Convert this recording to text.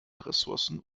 ressourcen